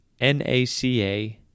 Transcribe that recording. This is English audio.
NACA